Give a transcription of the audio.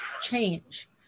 change